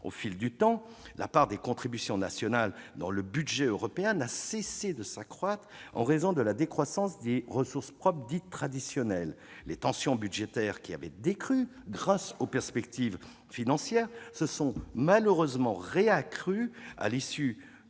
Au fil du temps, la part des contributions nationales dans le budget européen n'a cessé de s'accroître, en raison de la décroissance des ressources propres dites « traditionnelles ». Les tensions budgétaires, qui avaient décru grâce aux perspectives financières, se sont malheureusement accrues de